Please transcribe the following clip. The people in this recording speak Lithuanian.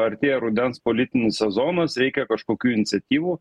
artėja rudens politinis sezonas reikia kažkokių iniciatyvų